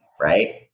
right